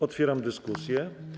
Otwieram dyskusję.